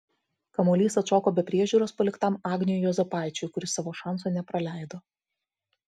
kamuolys atšoko be priežiūros paliktam agniui juozapaičiui kuris savo šanso nepraleido